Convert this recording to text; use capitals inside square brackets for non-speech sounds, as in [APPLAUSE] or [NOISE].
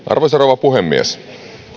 [UNINTELLIGIBLE] arvoisa rouva puhemies